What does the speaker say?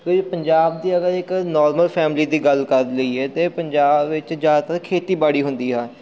ਕਿ ਪੰਜਾਬ ਦੀ ਅਗਰ ਇੱਕ ਨੋਰਮਲ ਫੈਮਿਲੀ ਦੀ ਗੱਲ ਕਰ ਲਈਏ ਤਾਂ ਪੰਜਾਬ ਵਿੱਚ ਜ਼ਿਆਦਾਤਰ ਖੇਤੀਬਾੜੀ ਹੁੰਦੀ ਆ